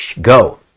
Go